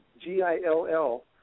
G-I-L-L